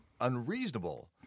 unreasonable